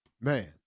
Man